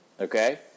Okay